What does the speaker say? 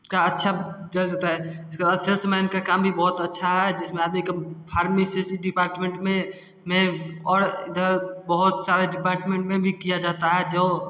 का अच्छा जर्ज होता है इसके बाद सेल्समैन का काम भी बहुत अच्छा है जिसमें आदमी का फार्मेसिसी डिपार्टमेंट में में और इधर बहुत सारे डिपार्टमेंट में किया जाता है जो